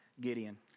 Gideon